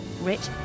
Rich